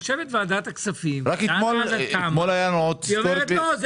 יושבת ועדת הכספים והיא אומרת לא,